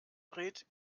dreht